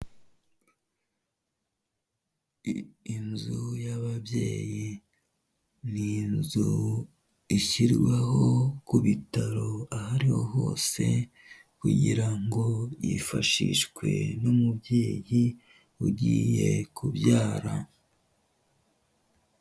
Inzu y'ababyeyi. Ni inzu ishyirwaho ku bitaro aho ari ho hose, kugira ngo yifashishwe n'umubyeyi ugiye kubyara.